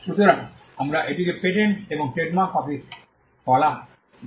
সুতরাং আমরা এটিকে পেটেন্ট এবং ট্রেডমার্ক অফিস বলা হত